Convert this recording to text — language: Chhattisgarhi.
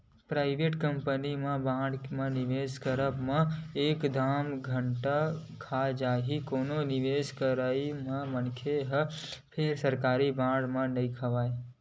पराइवेट कंपनी के बांड म निवेस करब म एक दम घाटा खा जाही कोनो निवेस करइया मनखे ह फेर सरकारी बांड म नइ खावय